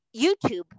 YouTube